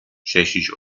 tschechisch